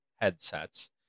headsets